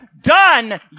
done